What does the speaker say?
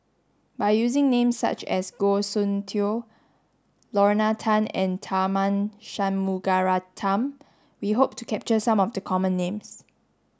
by using names such as Goh Soon Tioe Lorna Tan and Tharman Shanmugaratnam we hope to capture some of the common names